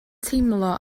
teimlo